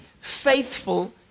faithful